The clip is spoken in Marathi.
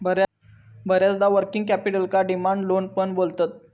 बऱ्याचदा वर्किंग कॅपिटलका डिमांड लोन पण बोलतत